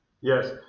Yes